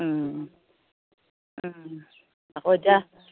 আকৌ এতিয়া